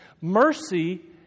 Mercy